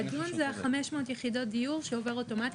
לדון זה 500 יחידות דיור שעובר אוטומטית.